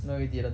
no you didn't